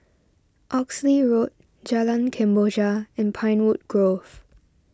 Oxley Road Jalan Kemboja and Pinewood Grove